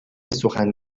سخن